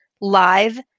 live